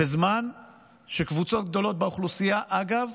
בזמן שקבוצות גדולות באוכלוסייה, אגב,